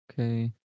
Okay